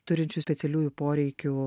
turinčių specialiųjų poreikių